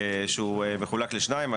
שהוא מחולק לשניים.